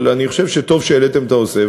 אבל אני חושב שטוב שהעליתם את הנושא,